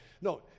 No